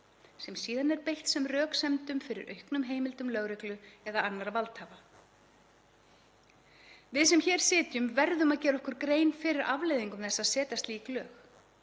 sem síðan er beitt sem röksemdum fyrir auknum heimildum lögreglu eða annarra valdhafa. Við sem hér sitjum verðum að gera okkur grein fyrir afleiðingum þess að setja slík lög,